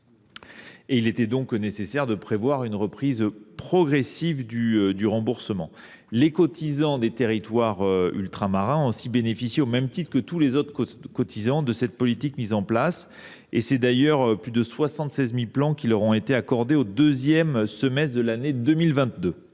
Il était nécessaire de prévoir une reprise progressive du remboursement. Les cotisants des territoires ultramarins ont ainsi bénéficié, au même titre que tous les autres cotisants, de cette politique. D’ailleurs, plus de 76 000 plans leur ont été accordés au deuxième semestre de l’année 2022.